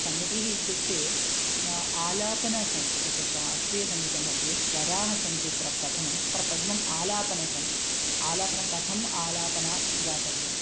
सङ्गतिः इत्युक्ते आलापनं सन्ति तत्र शास्त्रीयसङ्गीतमध्ये स्वराः सन्ति प्रथमं प्रथमम् आलापनानि सन्ति आलापनं कथम् आलापनानि गातव्यम्